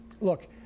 Look